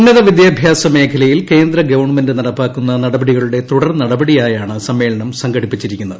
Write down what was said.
ഉന്നത വിദ്യാഭ്യാസ മേഖലയിൽ കേന്ദ്ര ഗവൺമെന്റ് നടപ്പാക്കുന്ന നടപടികളുടെ തുടർ നടപടിയായാണ് സമ്മേളനം സംഘടിപ്പിച്ചിരിക്കുന്നത്